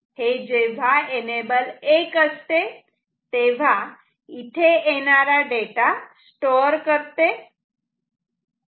हे जेव्हा एनेबल 1 असते तेव्हा इथे येणारा डेटा स्टोअर करते